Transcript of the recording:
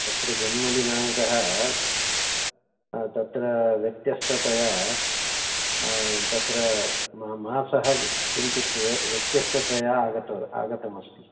अत्र जन्मदिनाङ्कः तत्र व्यत्यस्ततया तत्र मासः किञ्चित् व्य व्यत्यस्ततया आगतम् आगतमस्ति